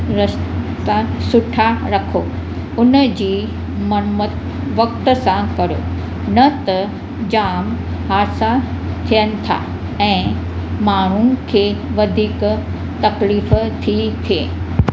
रस्ता सुठा रखो उन जी मरमत वक़्तु सां करियो नत जामु हादसा थियनि था ऐं माण्हू खे वधीक तकलीफ़ु थी थिए